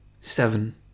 Seven